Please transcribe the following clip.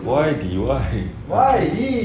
Y D Y